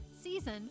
season